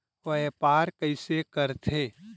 व्यापार कइसे करथे?